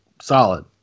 solid